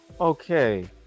okay